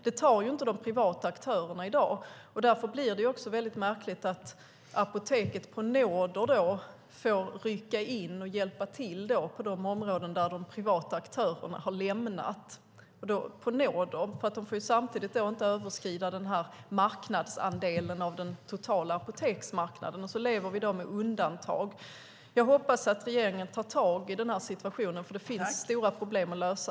Det tar inte de privata aktörerna i dag. Därför blir det också märkligt att Apoteket på nåder får rycka in och hjälpa till på de områden som de privata aktörerna har lämnat. Det sker alltså på nåder, för de får samtidigt inte överskrida sin marknadsandel av den totala apoteksmarknaden. Och så lever vi i dag med undantag. Jag hoppas att regeringen tar tag i situationen, för det finns stora problem att lösa.